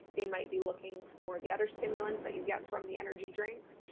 they might be looking for the other stimulants that you get from the energy drinks,